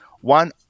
One